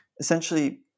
essentially